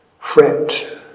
fret